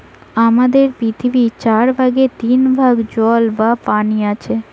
আমাদের পৃথিবীর চার ভাগের তিন ভাগ জল বা পানি আছে